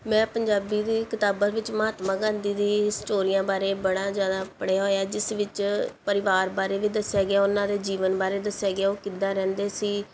ਮੈਂ ਪੰਜਾਬੀ ਦੀ ਕਿਤਾਬਾਂ ਵਿੱਚ ਮਹਾਤਮਾ ਗਾਂਧੀ ਦੀ ਸਟੋਰੀਆਂ ਬਾਰੇ ਬੜਾ ਜ਼ਿਆਦਾ ਪੜ੍ਹਿਆ ਹੋਇਆ ਜਿਸ ਵਿੱਚ ਪਰਿਵਾਰ ਬਾਰੇ ਵੀ ਦੱਸਿਆ ਗਿਆ ਉਹਨਾਂ ਦੇ ਜੀਵਨ ਬਾਰੇ ਦੱਸਿਆ ਗਿਆ ਉਹ ਕਿੱਦਾਂ ਰਹਿੰਦੇ ਸੀ